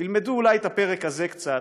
ילמדו אולי את הפרק הזה קצת,